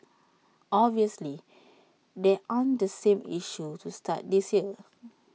obviously there aren't the same issues to start this year